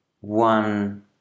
one